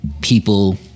people